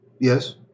Yes